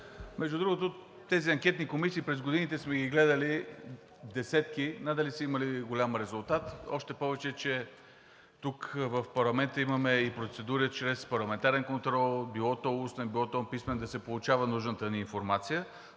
Между другото, тези анкетни комисии през годините сме ги гледали десетки – надали са имали голям резултат. Още повече че тук в парламента имаме и процедура чрез парламентарен контрол – било то устен, било писмен, да се получава нужната ни информация.